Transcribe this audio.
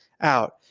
out